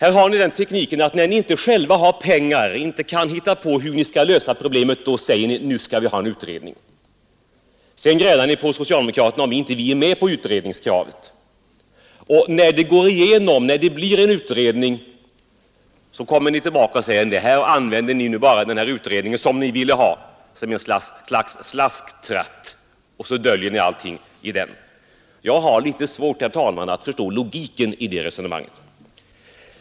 Ni använder den tekniken att när ni inte har pengar, inte kan hitta på hur ni skall lösa ett problem, säger ni: ”Nu skall vi ha en utredning.” Sedan grälar ni på socialdemokraterna om inte vi är med på utredningskravet. Och om förslaget går igenom, om det blir en utredning, som ni ville ha, kommer ni tillbaka och säger: ”Nej, här använder ni nu bara utredningen som ett slags slasktratt, och så döljer ni allting i den.” Jag har litet svårt, herr talman, att förstå logiken i det resonemanget.